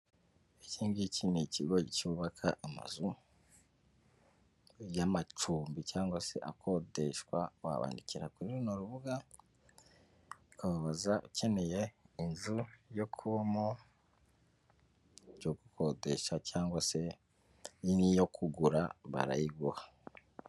Ikindigi iki ni ikigo cyubaka amazu y'amacumbi cyangwa se akodeshwa, wabandikira kuri runo rubuga ukababaza ukeneye inzu yo kubamo, iyo gukodesha cyangwa se n'iyo kugura barayiguha.